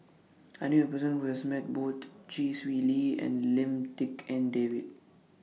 I knew A Person Who has Met Both Chee Swee Lee and Lim Tik En David